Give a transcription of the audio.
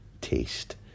taste